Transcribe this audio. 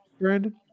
Brandon